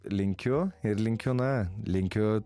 linkiu ir linkiu na linkiu